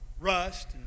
rust